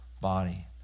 body